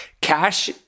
cash